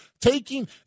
taking